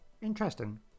Interesting